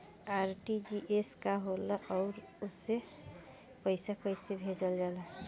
RTGS का होला आउरओ से पईसा कइसे भेजल जला?